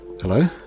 Hello